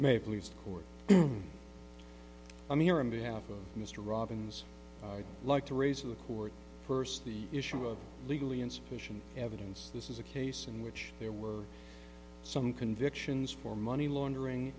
maple leaves court i'm here in behalf of mr robbins i'd like to raise a court first the issue of legally insufficient evidence this is a case in which there were some convictions for money laundering